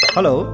Hello